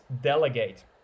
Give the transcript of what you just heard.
delegate